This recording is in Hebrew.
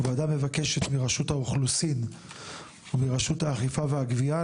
הוועדה מבקשת מרשות האוכלוסין ומרשות האכיפה והגבייה,